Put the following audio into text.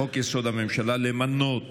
לחוק-יסוד: הממשלה, למנות